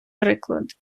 приклад